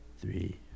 three